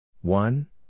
One